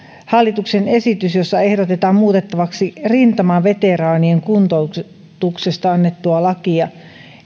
hallituksen esitys jossa ehdotetaan muutettavaksi rintamaveteraanien kuntoutuksesta annettua lakia